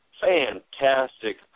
fantastic